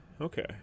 Okay